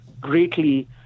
greatly